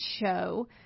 show